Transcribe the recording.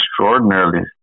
extraordinarily